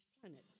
planets